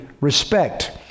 respect